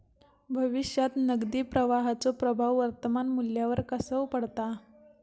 भविष्यात नगदी प्रवाहाचो प्रभाव वर्तमान मुल्यावर कसो पडता?